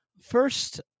First